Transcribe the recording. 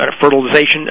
fertilization